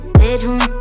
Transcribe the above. bedroom